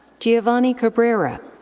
geovanny cabrera.